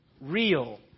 real